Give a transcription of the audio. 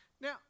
Now